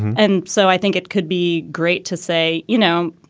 and so i think it could be great to say, you know,